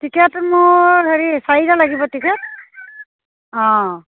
ticket মোৰ হেৰি চাৰিটা লাগিব টিকেট অঁ